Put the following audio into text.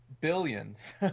Billions